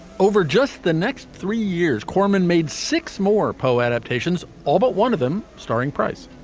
over just the next three years corman made six more poe adaptations. all but one of them starring price.